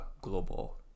Global